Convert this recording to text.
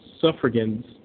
suffragans